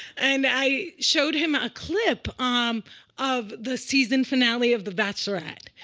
and i showed him a clip um of the season finale of the bachelorette.